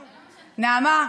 נעמה,